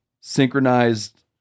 synchronized